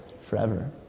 forever